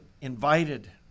invited